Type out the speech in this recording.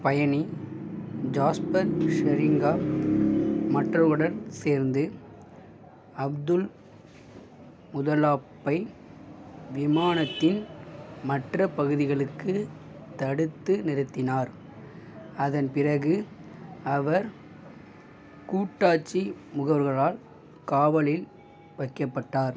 பயணி Jasper Schuringa மற்றவர்களுடன் சேர்ந்து அப்துல்முதல்லாப்பை விமானத்தின் மற்ற பகுதிகளுக்குத் தடுத்து நிறுத்தினார் அதன் பிறகு அவர் கூட்டாட்சி முகவர்களால் காவலில் வைக்கப்பட்டார்